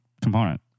component